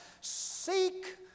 Seek